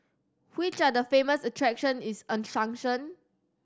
which are the famous attraction in Asuncion